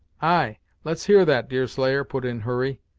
ay let's hear that, deerslayer, put in hurry.